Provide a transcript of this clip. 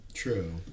True